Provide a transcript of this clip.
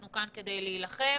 אנחנו כאן כדי להילחם.